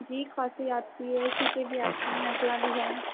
جی کھانسی آتی ہے چھینکیں بھی آتی ہیں نزلہ بھی ہے